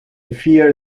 fear